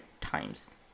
times